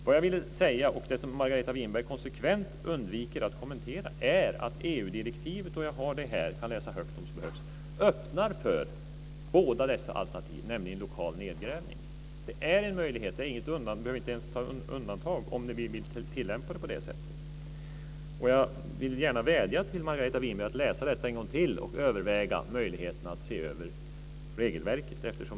Vad jag vill säga, och som Margareta Winberg konsekvent undviker att kommentera, är att EU direktivet - jag har det här och kan läsa högt om så behövs - öppnar för båda dessa alternativ, nämligen central destruering och lokal nedgrävning. Det är en möjlighet; vi behöver inte ens ha undantag om vi vill tillämpa det på det sättet. Jag vädjar till Margareta Winberg att läsa detta en gång till och överväga möjligheten att se över regelverket.